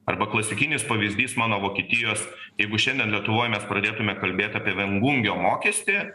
arba klasikinis pavyzdys mano vokietijos jeigu šiandien lietuvoj mes pradėtume kalbėt apie viengungio mokestį